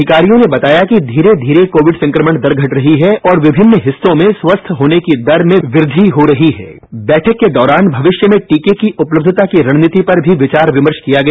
अधिकारियों ने बताया कि धीरे धीरे कोविड संक्रमण दर घट रही है और विमिन्न हिस्सों में स्वस्थ होने की दर में वृद्धि हो रही है और बैठक के दौरान भविष्य में टीके की उपलब्धता की रणनीति पर भी विचार विमर्श किया गया